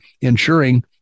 ensuring